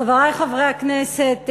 חברי חברי הכנסת,